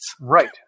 Right